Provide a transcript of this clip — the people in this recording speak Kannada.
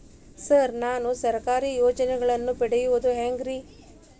ಸರ್ ನಾನು ಸರ್ಕಾರ ಯೋಜೆನೆಗಳನ್ನು ಪಡೆಯುವುದು ಹೆಂಗ್ರಿ?